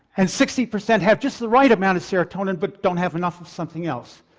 and sixty percent have just the right amount of serotonin but don't have enough of something else.